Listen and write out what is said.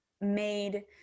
made